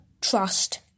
trust